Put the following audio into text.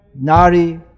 Nari